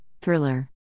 Thriller